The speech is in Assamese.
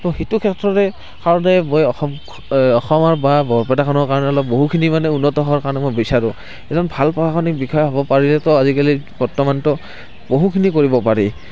ত' সেইটো ক্ষেত্ৰৰে কাৰণে মই অসম অসমৰ বা বৰপেটাখনৰ কাৰণে বহুখিনি মানে উন্নত হোৱাৰ কাৰণে মই বিচাৰোঁ এজন ভাল প্ৰশাসনিক বিষয়া হ'ব পাৰিলে ত' আজিকালি বৰ্তমানটো বহুখিনি কৰিব পাৰি